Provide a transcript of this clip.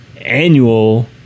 annual